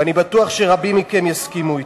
ואני בטוח שרבים מכם יסכימו אתי.